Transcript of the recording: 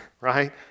right